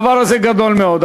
הדבר הזה גדול מאוד.